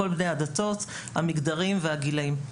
כל בני הדתות, המגדרים והגילאים.